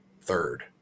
third